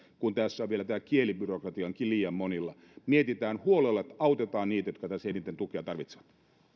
kun tässä on vielä tämä kielibyrokratiakin liian monilla mietitään huolella että autetaan niitä jotka tässä eniten tukea tarvitsevat